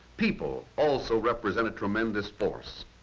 people also represent tremendous force,